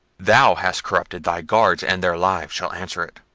thou hast corrupted thy guards, and their lives shall answer it.